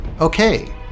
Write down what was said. Okay